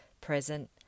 present